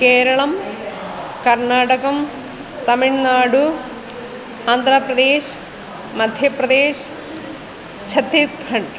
केरळं कर्नाटकं तमिळ्नाडु आन्द्रप्रदेशः मध्यप्रदेशः छत्तीखण्ड्